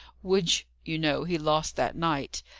which, you know, he lost that night,